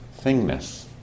thingness